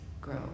grow